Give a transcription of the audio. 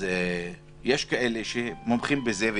יש כאלה שמומחים בתחום הזה,